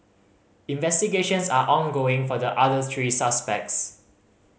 investigations are ongoing for the others three suspects